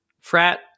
frat